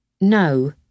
No